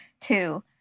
two